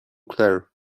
claire